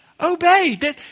Obey